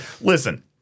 Listen